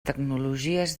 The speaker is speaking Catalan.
tecnologies